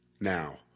now